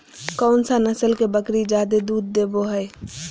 कौन सा नस्ल के बकरी जादे दूध देबो हइ?